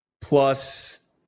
Plus